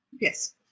Yes